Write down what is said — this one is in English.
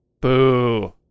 Boo